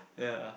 ya